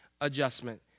adjustment